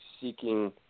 seeking